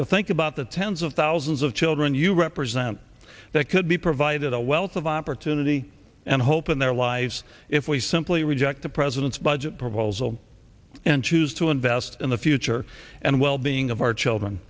to think about the tens of thousands of children you represent that could be provided a wealth of opportunity and hope in their lives if we simply reject the president's budget proposal and choose to invest in the future and well being of our children